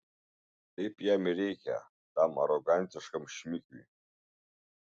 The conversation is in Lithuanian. taip jam ir reikia tam arogantiškam šmikiui